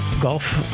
golf